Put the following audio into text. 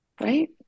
right